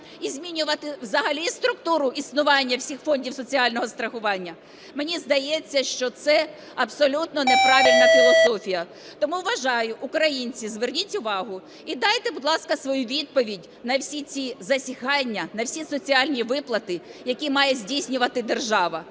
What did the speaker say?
і змінювати взагалі структуру існування всіх фондів соціального страхування? Мені здається, що це абсолютно неправильна філософія. Тому вважаю, українці, зверніть увагу і дайте, будь ласка, свою відповідь на всі ці зазіхання, на всі соціальні виплати, які має здійснювати держава.